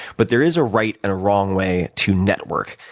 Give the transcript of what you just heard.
but there is a right and a wrong way to network.